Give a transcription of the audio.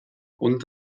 und